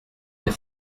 des